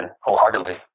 wholeheartedly